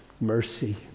mercy